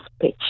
pitch